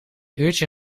uurtje